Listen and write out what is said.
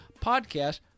podcast